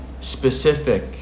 Specific